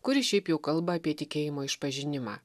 kuri šiaip jau kalba apie tikėjimo išpažinimą